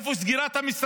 איפה סגירת המשרדים?